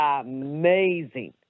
amazing